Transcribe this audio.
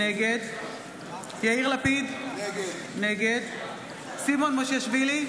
נגד יאיר לפיד, נגד סימון מושיאשוילי,